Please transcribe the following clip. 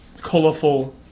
colorful